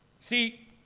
See